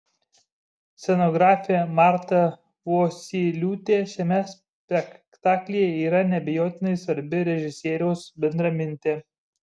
scenografė marta vosyliūtė šiame spektaklyje yra neabejotinai svarbi režisieriaus bendramintė